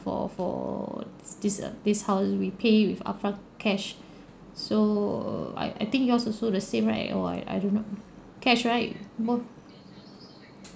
for for this uh this house we pay with upfront cash so I I think yours also the same right or I I do not cash right both